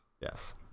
Yes